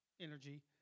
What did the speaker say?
energy